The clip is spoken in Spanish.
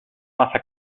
masa